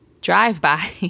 drive-by